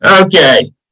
Okay